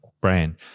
brand